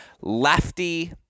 Lefty